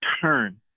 turn